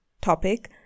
topic